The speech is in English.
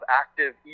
active